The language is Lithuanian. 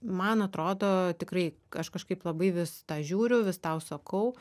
man atrodo tikrai aš kažkaip labai vis tą žiūriu vis tau sakau